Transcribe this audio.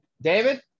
David